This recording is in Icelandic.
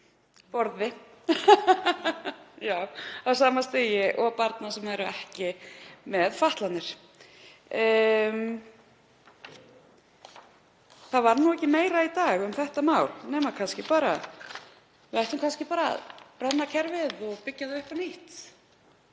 Það var ekki meira í dag um þetta mál nema að við ættum kannski bara að brenna kerfið og byggja það upp á nýtt.